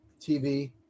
TV